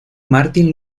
martin